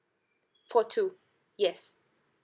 for two yes